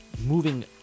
moving